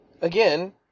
again